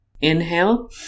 Inhale